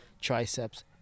triceps